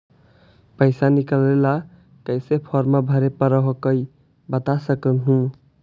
पैसा निकले ला कैसे कैसे फॉर्मा भरे परो हकाई बता सकनुह?